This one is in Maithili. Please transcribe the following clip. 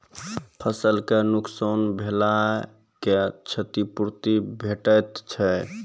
फसलक नुकसान भेलाक क्षतिपूर्ति भेटैत छै?